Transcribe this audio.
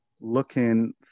looking